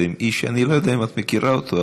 עם איש שאני לא יודע אם את מכירה אותו,